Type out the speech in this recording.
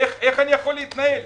איך אני יכול להתנהל?